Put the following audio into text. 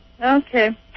Okay